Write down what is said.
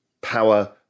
power